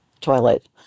toilet